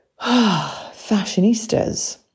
fashionistas